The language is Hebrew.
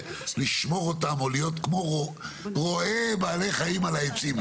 לשמור עליהם או להיות כמו רועי בעלי חיים על העצים,